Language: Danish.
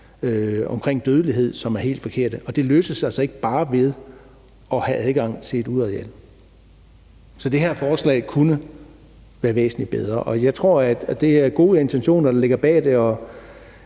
omkring dødelighed, som er helt forkerte. Det løses altså ikke bare med adgang til et udeareal. Så det her forslag kunne være væsentlig bedre. Det er gode intentioner, der ligger bag det, og